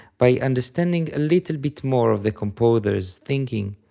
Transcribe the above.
by understanding a little bit more of the composer's thinking,